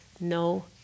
no